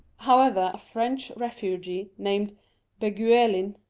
however, a french refugee, named beguelin,